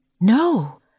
No